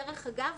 דרך אגב,